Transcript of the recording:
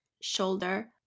shoulder